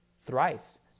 thrice